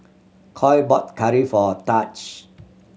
Coy bought curry for Tahj